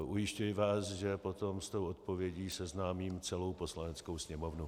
Ujišťuji vás, že potom s tou odpovědí seznámím celou Poslaneckou sněmovnu.